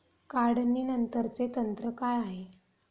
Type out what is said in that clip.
काढणीनंतरचे तंत्र काय आहे?